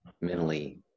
mentally